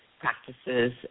practices